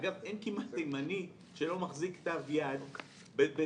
אגב, אין כמעט תימני שלא מחזיק כתב יד בביתו.